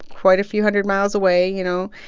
quite a few hundred miles away, you know?